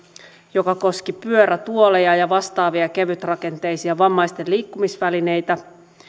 joka koski pyörätuoleja ja vastaavia kevytrakenteisia vammaisten liikkumisvälineitä